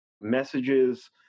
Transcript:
messages